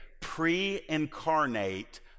pre-incarnate